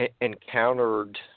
encountered